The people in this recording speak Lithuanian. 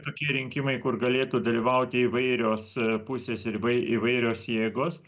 tokie rinkimai kur galėtų dalyvauti įvairios pusės ir įvai įvairios jėgos